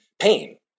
pain